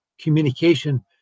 communication